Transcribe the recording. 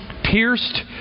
pierced